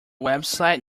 website